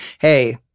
Hey